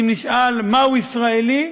אם נשאל מהו ישראלי,